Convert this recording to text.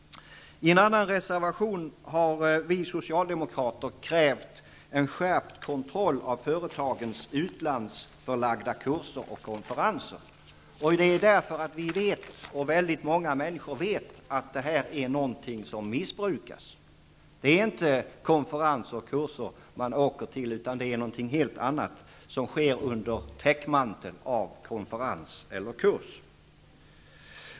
I en annan reservation har vi socialdemokrater krävt en skärpt kontroll av företagens utlandsförlagda kurser och konferenser. Vi och väldigt många andra vet att det här är något som missbrukas. Det är inte konferenser och kurser som man åker till utan någonting helt annat, som sker under täckmantel av konferens eller kurs.